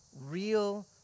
real